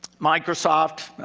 microsoft,